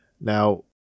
Now